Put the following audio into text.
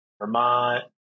Vermont